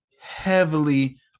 heavily